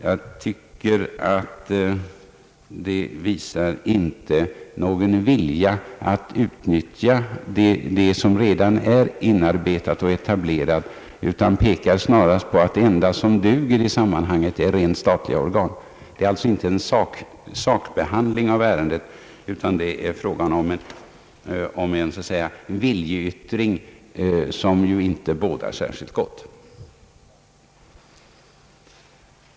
Jag tycker inte att detta visar någon vilja att utnyttja det, som redan är inarbetat och etablerat, utan det pekar snarast på att det enda som duger i sammanhanget är rent statliga organ. Det är alltså inte en sakbehandling av ärendet, utan det är fråga om en viljeyttring som inte bådar särskilt gott.